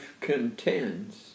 contends